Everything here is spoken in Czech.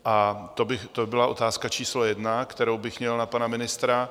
A to by byla otázka číslo jedna, kterou bych měl na pana ministra.